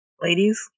Ladies